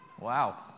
Wow